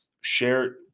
Share